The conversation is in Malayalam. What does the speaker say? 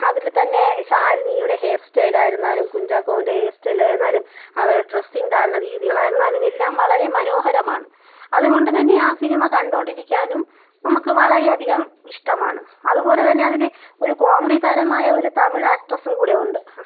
അതിൽ തന്നെ ശാലിനിയുടെ ഹെയർ സ്റ്റൈൽ ആയിരുന്നാലും കുഞ്ചാക്കോ ബോബൻ്റെ ഹെയർ സ്റ്റൈൽ ആയിരുന്നാലും അവരുടെ ഡ്രസ്സിങ് ധാരണ രീതികൾ ആയിരുന്നാലും എല്ലാം വളരെ മനോഹരമാണ് അതുകൊണ്ട് തന്നെ ആ സിനിമ കണ്ടോണ്ടിരിക്കാനും നമുക്ക് വളരെയധികം ഇഷ്ടമാണ് അതുപോലെ തന്നെ അതിൽ ഒരു കോമഡി താരമായ ഒരു തമിഴ് ആക്ടറസ്സും കൂടെ ഉണ്ട്